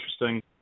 interesting